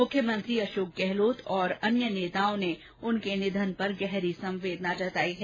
मुख्यमंत्री अशोक गहलोत और अन्य नेताओं ने उनके निधन पर गहरी संवेदना जताई है